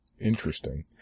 Interesting